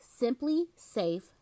simplysafe